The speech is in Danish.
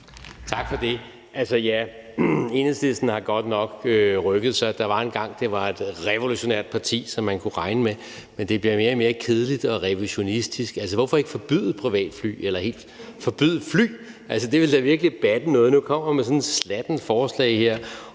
Tak for det. Enhedslisten har godt nok rykket sig. Der var engang, det var et revolutionært parti, som man kunne regne med, men det bliver mere og mere kedeligt og revisionistisk. Hvorfor ikke forbyde privatfly eller helt forbyde fly? Det ville da virkelig batte noget. Nu kommer man med sådan et slattent forslag om